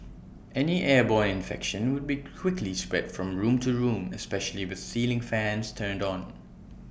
any airborne infection would be quickly spread from room to room especially with ceiling fans turn on